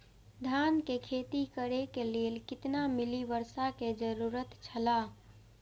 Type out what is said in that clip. धान के खेती करे के लेल कितना मिली वर्षा के जरूरत छला?